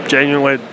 Genuinely